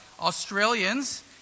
Australians